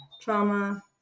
trauma